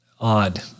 odd